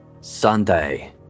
Sunday